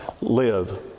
live